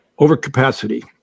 overcapacity